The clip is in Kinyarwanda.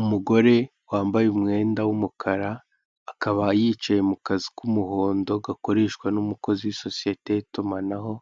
Umugore wambaye umwenda w'umukara akaba yicaye mukazu k'umuhondo gakoreshwa n'umukozi w'isosiyete y'itumanaho,